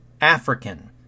African